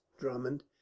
Drummond